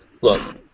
Look